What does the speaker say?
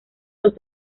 los